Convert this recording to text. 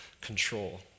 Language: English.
control